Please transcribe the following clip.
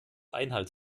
einhalt